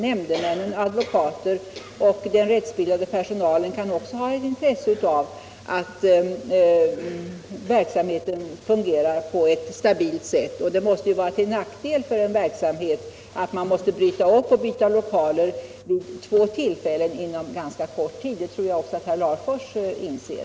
Nämndemännen, advokater och den rättsbildade personalen kan också ha intresse av att verksamheten fungerar på ett stabilt sätt. Det måste vara till nackdel för en verksamhet att man måste bryta upp och byta lokaler vid två tillfällen inom ganska kort tid. Det tror jag också att herr Larfors inser.